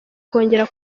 kongera